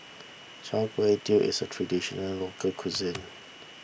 Char Kway Teow is a Traditional Local Cuisine